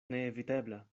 neevitebla